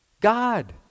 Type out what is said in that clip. God